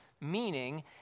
meaning